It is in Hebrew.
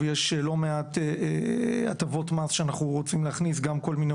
שלא בלבד שכל הכסף אצלם ולא משתמשים בו למטרות